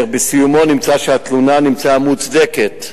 ובסיומו נמצא שהתלונה מוצדקת.